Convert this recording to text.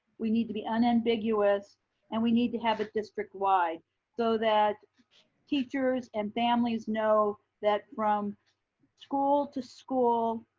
we need to be unambiguous and we need to have it district-wide so that teachers and families know that from school to school,